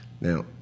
Now